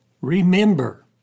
Remember